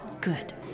Good